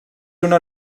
una